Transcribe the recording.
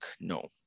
No